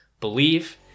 Believe